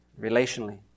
relationally